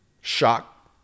shock